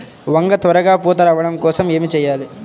వంగ త్వరగా పూత రావడం కోసం ఏమి చెయ్యాలి?